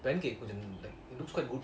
pancake கொஞ்சம்:konjam it looks quite good